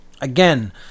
Again